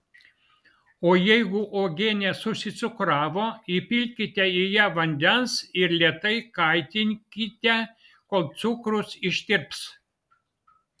o jeigu uogienė susicukravo įpilkite į ją vandens ir lėtai kaitinkite kol cukrus ištirps